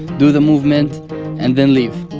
do the movement and then leave.